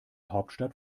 hauptstadt